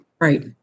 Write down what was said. Right